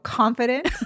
confident